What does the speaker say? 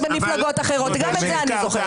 זה מוביל